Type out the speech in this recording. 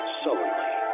sullenly